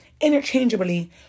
interchangeably